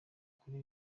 kuri